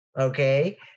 Okay